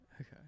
Okay